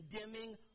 condemning